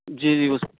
جی جی وہ